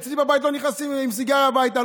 אצלי בבית לא נכנסים עם סיגריה הביתה,